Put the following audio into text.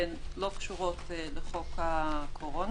והן לא קשורות לחוק הקורונה.